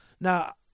Now